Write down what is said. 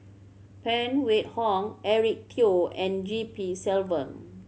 Phan Wait Hong Eric Teo and G P Selvam